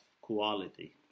quality